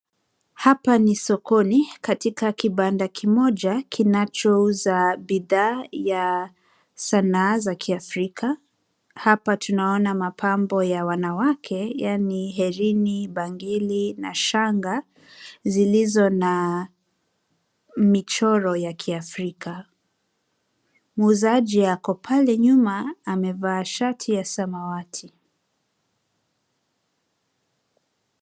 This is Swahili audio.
Hapa ni sokoni katika kibanda kimoja kinachouza bidhaa ya sanaa za Kiafrika. Hapa tunaona mapambo ya wanawake, yaani herini, bangili na shanga, zilizo na michoro ya Kiafrika. Muuzaji ako pale nyuma, amevaa shati ya samawati.